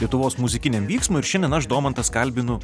lietuvos muzikiniam vyksmui ir šiandien aš domantas kalbinu